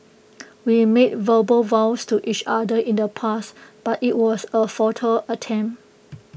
we made verbal vows to each other in the past but IT was A futile attempt